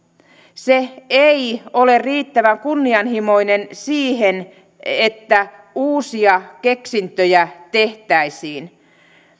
se ei ole riittävän kunnianhimoinen siihen että uusia keksintöjä tehtäisiin